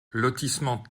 lotissement